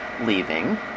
leaving